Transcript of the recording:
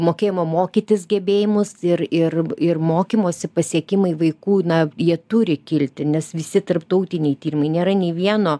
mokėjimo mokytis gebėjimus ir ir ir mokymosi pasiekimai vaikų na jie turi kilti nes visi tarptautiniai tyrimai nėra nei vieno